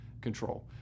control